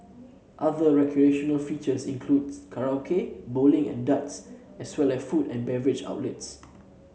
other recreational features includes karaoke bowling and darts as well as food and beverage outlets